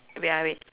wait ah wait